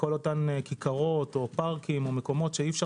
כל אותן כיכרות או פארקים או מקומות שאי-אפשר